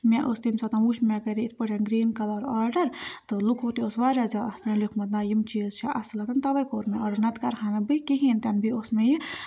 مےٚ ٲس تَمہِ سات وٕچھ مےٚ کَرے یِتھ پٲٹھۍ گرٛیٖن کَلَر آڈَر تہٕ لُکو تہِ اوس واریاہ زیادٕ اَتھ پٮ۪ٹھ لیوٗکھمُت نہ یِم چیٖز چھِ اَصٕل آسان تَوَے کوٚر مےٚ آڈَر نَتہٕ کَرٕہا نہٕ بہٕ یہِ کِہیٖنۍ تہِ نہٕ بیٚیہِ اوس مےٚ یہِ